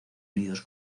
unidos